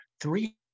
Three